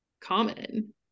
common